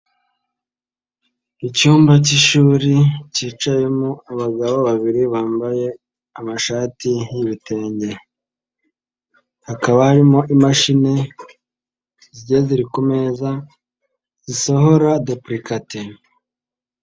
Icyumba cy'ishuri cyicayemo abagabo babiri bambaye amashati y'ibitenge, hakaba haririmo imashini zigiye ziri ku meza zisohora depurikate.